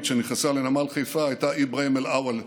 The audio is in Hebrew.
שנכנסה לנמל חיפה הייתה אברהים אל-אוול.